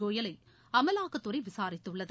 கோயலை அமலாக்கத்துறை விசாரித்துள்ளது